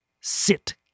Sit